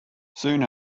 soon